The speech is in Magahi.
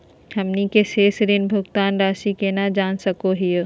हमनी के शेष ऋण भुगतान रासी केना जान सकू हो?